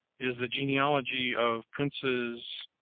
is the genealogy of princes,